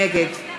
נגד